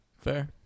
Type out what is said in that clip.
fair